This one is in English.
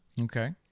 Okay